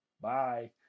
Bye